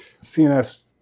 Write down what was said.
CNS